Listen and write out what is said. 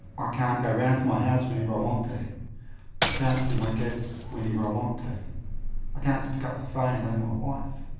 can't go round to my house whenever i want to i can't see my kids whenever i want to i can't just pick up the phone and ring my wife?